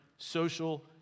social